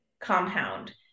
compound